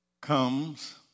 comes